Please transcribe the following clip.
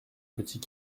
petit